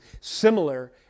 similar